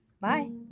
Bye